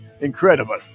Incredible